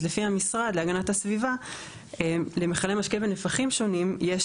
אז לפי המשרד להגנת הסביבה למכלי משקה בנפחים שונים יש